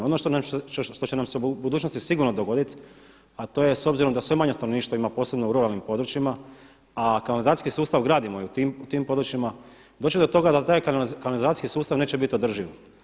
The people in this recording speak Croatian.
Ono što će nam se u budućnosti sigurno dogoditi, a to je s obzirom da sve manje stanovništva ima posebno u ruralnim područjima, a kanalizacijski sustav gradimo i u tim područjima doći do toga da taj kanalizacijski sustav neće biti održiv.